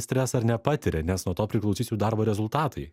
stresą ar nepatiria nes nuo to priklausys jų darbo rezultatai